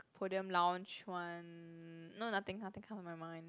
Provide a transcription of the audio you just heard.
podium lounge one no nothing nothing come to my mind